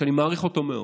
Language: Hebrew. שאני מעריך אותו מאוד,